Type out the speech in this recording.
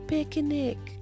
Picnic